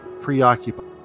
preoccupied